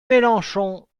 mélenchon